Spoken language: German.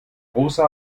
rosa